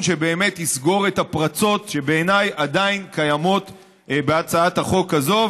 שבאמת יסגור את הפרצות שבעיניי עדיין קיימות בהצעת החוק הזאת,